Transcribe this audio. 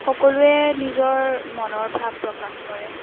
সকলোৱে নিজৰ মনৰ ভাৱ প্ৰকাশ কৰে